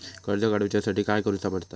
कर्ज काडूच्या साठी काय करुचा पडता?